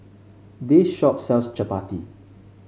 this shop sells Chappati